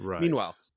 Meanwhile